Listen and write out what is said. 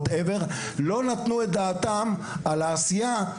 לא נתנו את דעתם על העשייה שהיא